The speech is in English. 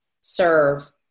serve